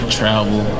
travel